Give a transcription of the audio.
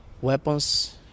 weapons